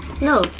No